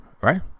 right